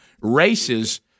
races